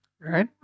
right